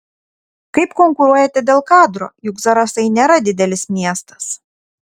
kaip konkuruojate dėl kadro juk zarasai nėra didelis miestas